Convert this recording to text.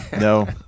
No